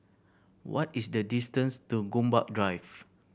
what is the distance to Gombak Drive